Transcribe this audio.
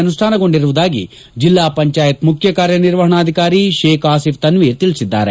ಅನುಷ್ಠಾನಗೊಂಡಿರುವುದಾಗಿ ಜಿಲ್ಲಾ ಪಂಚಾಯತ್ ಮುಖ್ಯ ಕಾರ್ಯನಿರ್ವಹಣಾಧಿಕಾರಿ ಶೇಖ್ ಆಸಿಫ್ ತನ್ವೀರ್ ತಿಳಿಸಿದ್ದಾರೆ